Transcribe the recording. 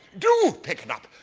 do pick up!